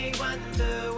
wonder